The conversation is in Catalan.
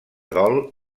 dol